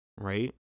Right